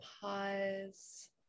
pause